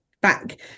back